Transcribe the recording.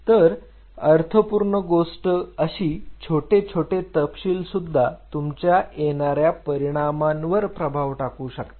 तर अर्थपूर्ण गोष्ट अशी छोटे छोटे तपशील सुद्धा तुमच्या येणाऱ्या परिणामांवर प्रभाव टाकू शकतात